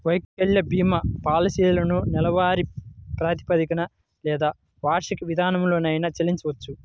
వైకల్య భీమా పాలసీలను నెలవారీ ప్రాతిపదికన లేదా వార్షిక విధానంలోనైనా చెల్లించొచ్చు